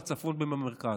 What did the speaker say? בצפון ובמרכז.